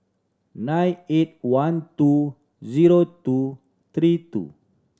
nine eight one two zero two three two